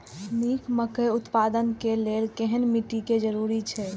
निक मकई उत्पादन के लेल केहेन मिट्टी के जरूरी छे?